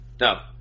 no